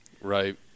Right